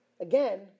again